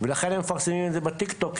ולכן הם מפרסמים את זה בטיק טוק,